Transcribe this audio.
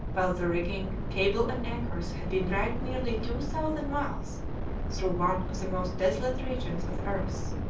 while the rigging, cable, and anchors had been dragged nearly two thousand miles through one of the most desolate regions of the earth.